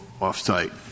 off-site